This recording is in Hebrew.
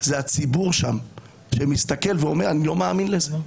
זה הציבור שם שמסתכל ואומר: אני לא מאמין לזה.